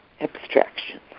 abstraction